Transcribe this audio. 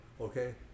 okay